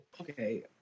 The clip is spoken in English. Okay